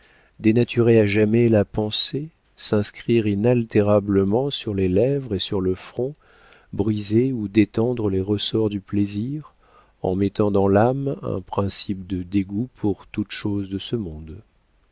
dénaturer à jamais la pensée s'inscrire inaltérablement sur les lèvres et sur le front briser ou détendre les ressorts du plaisir en mettant dans l'âme un principe de dégoût pour toute chose de ce monde